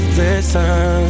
listen